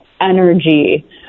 energy